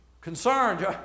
Concerned